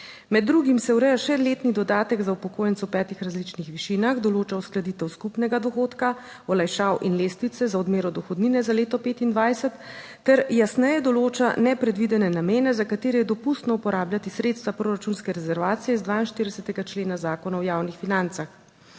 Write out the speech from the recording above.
Med drugim se ureja še letni dodatek za upokojence v petih različnih višinah, določa uskladitev skupnega dohodka, olajšav in lestvice za odmero dohodnine za leto 2025, ter jasneje določa nepredvidene namene, za katere je dopustno uporabljati sredstva proračunske rezervacije iz 42. člena Zakona o javnih financah.